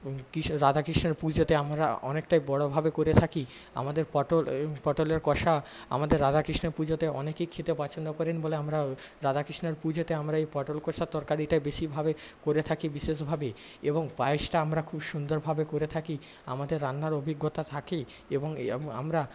রাধা কৃষ্ণের পুজোতে আমরা অনেকটাই বড়োভাবে করে থাকি আমাদের পটল পটলের কষা আমাদের রাধা কৃষ্ণের পুজোতে অনেকেই খেতে পছন্দ করেন বলে আমরা রাধা কৃষ্ণের পুজোতে আমরা এই পটল কষার তরকারিটা বেশীভাবে করে থাকি বিশেষভাবে এবং পায়েসটা আমরা খুব সুন্দরভাবে করে থাকি আমাদের রান্নার অভিজ্ঞতা থাকে এবং আমরা